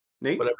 Nate